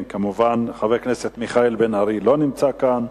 חבר הכנסת מיכאל בן-ארי, לא נמצא כאן.